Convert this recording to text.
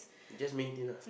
you just maintain ah